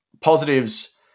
positives